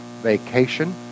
vacation